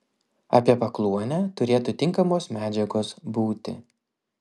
apie pakluonę turėtų tinkamos medžiagos būti